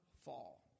fall